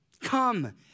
Come